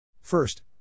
First